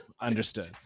Understood